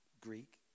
Greek